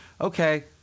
Okay